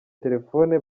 telefone